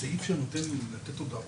הישיבה ננעלה